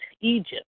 Egypt